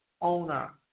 owner